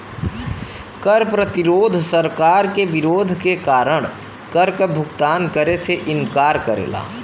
कर प्रतिरोध सरकार के विरोध के कारण कर क भुगतान करे से इंकार करला